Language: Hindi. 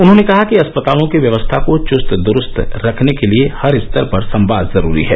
उन्होंने कहा कि अस्पतालों को व्यवस्था को चुस्त दूरूस्त रखने के लिए हर स्तर पर संवाद जरूरी है